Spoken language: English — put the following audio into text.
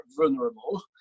vulnerable